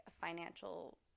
financial